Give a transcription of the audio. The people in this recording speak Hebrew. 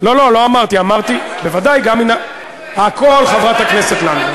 לא לא, לא אמרתי, הכול, חברת הכנסת לנדבר.